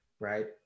right